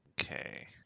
Okay